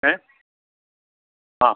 ഏഹ് ആ